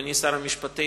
אדוני שר המשפטים,